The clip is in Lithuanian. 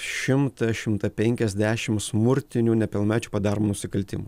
šimtą šimtą penkiasdešim smurtinių nepilnamečių padaromų nusikaltimų